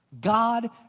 God